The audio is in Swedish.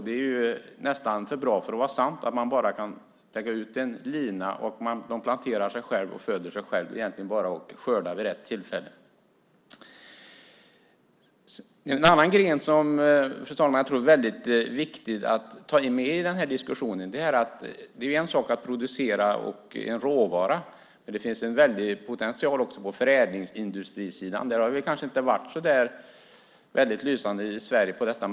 Det är nästan för bra för att vara sant att man bara kan lägga ut en lina. Sedan planterar musslorna sig själva och föder sig själva. Det är egentligen bara att skörda vid rätt tillfälle. Det finns en annan gren som jag tror är väldigt viktig att ta med i denna diskussion. Det är en sak att producera en råvara. Men det finns också en stor potential på förädlingsindustrisidan. Där har vi i Sverige kanske inte varit så lysande.